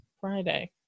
Friday